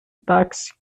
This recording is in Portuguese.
táxi